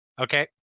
Okay